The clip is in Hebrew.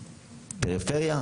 פריפריה,